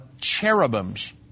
cherubims